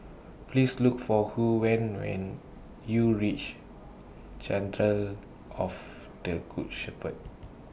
Please Look For Huy when YOU REACH of The Good Shepherd